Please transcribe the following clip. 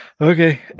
Okay